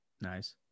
nice